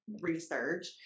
research